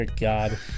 God